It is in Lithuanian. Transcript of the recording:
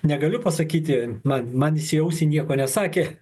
negaliu pasakyti na man jis į ausį nieko nesakė